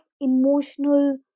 emotional